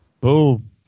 Boom